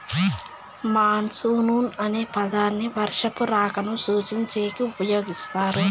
monsoon అనే పదాన్ని వర్షపు రాకను సూచించేకి ఉపయోగిస్తారు